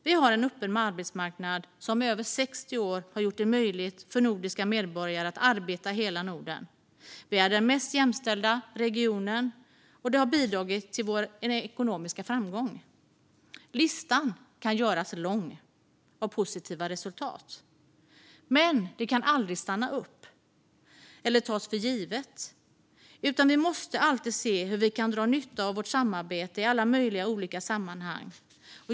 Vi har en öppen arbetsmarknad som i över 60 år har gjort det möjligt för nordiska medborgare att arbeta i hela Norden. Vi är den mest jämställda regionen, och det har bidragit till vår ekonomiska framgång. Listan på positiva resultat kan göras lång, men det kan aldrig stanna upp eller tas för givet. Vi måste alltid se hur vi kan dra nytta av vårt samarbete i alla möjliga olika sammanhang.